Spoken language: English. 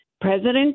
President